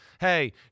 Hey